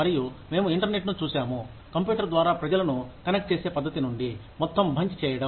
మరియు మేము ఇంటర్నెట్ను చూసాము కంప్యూటర్ ద్వారా ప్రజలను కనెక్ట్ చేసే పద్ధతి నుండి మొత్తం బంచ్ చేయడం